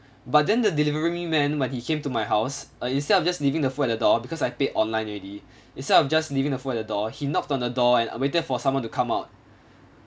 but then the delivery men when he came to my house uh instead of just leaving the food at the door because I paid online already instead of just leaving the food at the door he knocked on the door and waited for someone to come out